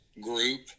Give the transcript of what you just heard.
group